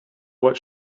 what